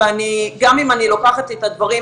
אני אומר שוב,